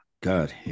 God